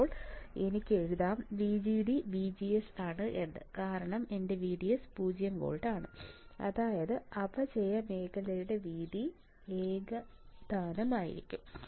അതിനാൽ എനിക്ക് എഴുതാം VGD VGS കാരണം എന്റെ VDS 0 വോൾട്ട് അതായത് അപചയ മേഖലയുടെ വീതി ഏകതാനമായിരിക്കും